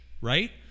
Right